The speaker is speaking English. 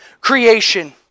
creation